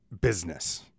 business